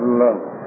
love